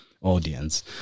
audience